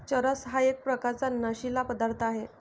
चरस हा एक प्रकारचा नशीला पदार्थ आहे